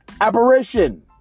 apparition